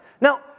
Now